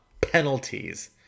penalties